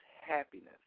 happiness